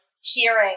hearing